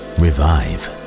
revive